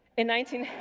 in nineteen